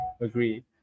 Agree